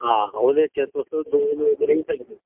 हां ओह्दे च तुस दो लोक रेही सकदे